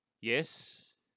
Yes